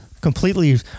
completely